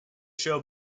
show